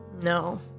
No